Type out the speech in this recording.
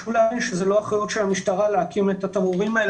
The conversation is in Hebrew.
אבל חשוב להבין שזו לא אחריות של המשטרה להקים את התמרורים האלה,